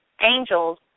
Angels